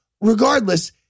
regardless